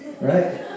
right